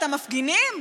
את המפגינים?